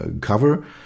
cover